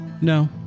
No